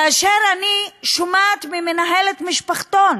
כאשר אני שומעת ממנהלת משפחתון